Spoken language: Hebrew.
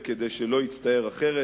וכדי שלא יצטייר אחרת,